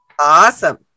Awesome